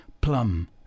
Plum